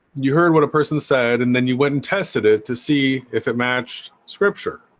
you heard what a person said and then you wouldn't tested it to see if it matched scripture